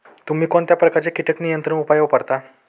तुम्ही कोणत्या प्रकारचे कीटक नियंत्रण उपाय वापरता?